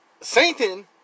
Satan